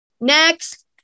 Next